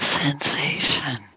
Sensation